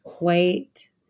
wait